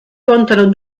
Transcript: contano